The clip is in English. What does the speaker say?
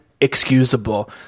Excusable